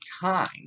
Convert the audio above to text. time